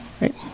Right